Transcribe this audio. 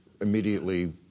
immediately